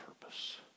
purpose